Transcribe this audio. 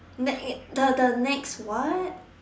ne~ eh the the next what